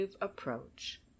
approach